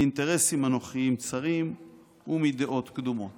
מאינטרסים אנוכיים צרים ומדעות קדומות